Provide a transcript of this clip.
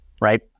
right